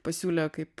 pasiūlė kaip